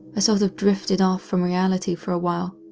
i sort of drifted off from reality for a while.